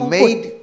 made